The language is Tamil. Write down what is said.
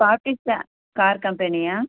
பார்த்திக்ஷா கார் கம்பெனியா